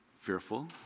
fearful